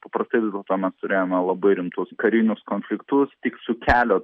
paprastai vis dėlto mes turėjome labai rimtus karinius konfliktus tik su kelio